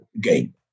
game